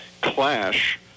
clash